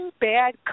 bad